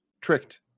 tricked